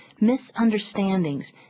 misunderstandings